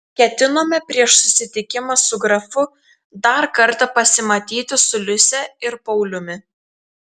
ketinome prieš susitikimą su grafu dar kartą pasimatyti su liuse ir pauliumi